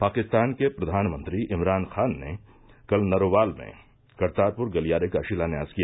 पाकिस्तान के प्रधानमंत्री इमरान खान ने कल नरोवाल में करतारपुर गलियारे का शिलान्यास किया